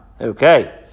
Okay